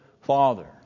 father